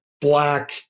black